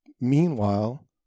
meanwhile